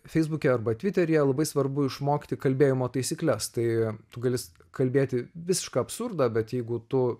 feisbuke arba tviteryje labai svarbu išmokti kalbėjimo taisykles tai tu gali kalbėti visišką absurdą bet jeigu tu